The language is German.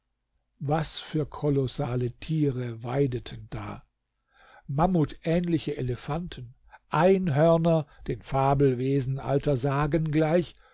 was für kolossale tiere weideten da mammutähnliche elefanten einhörner den fabelwesen alter sagen gleich